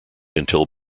until